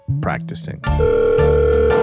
practicing